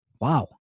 wow